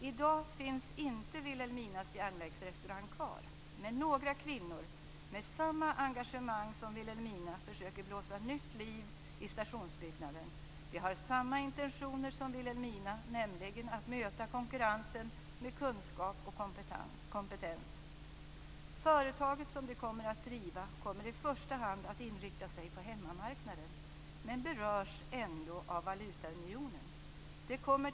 I dag finns inte Wilhelminas järnvägsrestaurang kvar, men några kvinnor med samma engagemang som Wilhelmina försöker blåsa nytt liv i stationsbyggnaden. De har samma intentioner som Wilhelmina, nämligen att möta konkurrensen med kunskap och kompetens. Företaget som de kommer att driva kommer i första hand att inrikta sig på hemmamarknaden, men berörs ändå av valutaunionen.